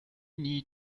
need